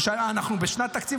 אנחנו בשנת תקציב,